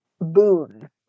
boon